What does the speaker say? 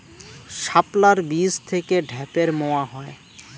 শাপলার বীজ থেকে ঢ্যাপের মোয়া হয়?